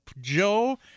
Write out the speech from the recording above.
Joe